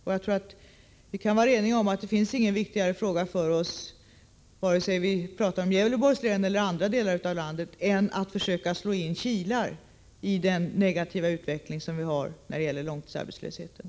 Vi kan väl vara eniga om att det inte finns någon viktigare fråga för oss, vare sig vi pratar om Gävleborgs län eller om andra delar av landet, än att försöka slå in kilar i den negativa utveckling som vi har när det gäller långtidsarbetslösheten.